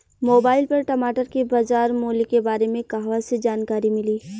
Mobile पर टमाटर के बजार मूल्य के बारे मे कहवा से जानकारी मिली?